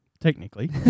Technically